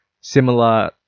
similar